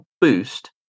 boost